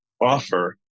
offer